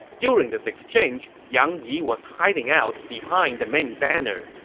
during this exchange, yang yi was hiding out behind the main banner.